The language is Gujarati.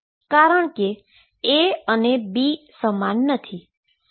કારણકે A અને B સમાન નથી